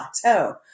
plateau